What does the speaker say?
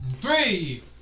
Three